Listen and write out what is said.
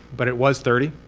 but it was thirty.